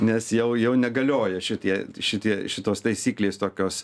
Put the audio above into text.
nes jau jau negalioja šitie šitie šitos taisyklės tokios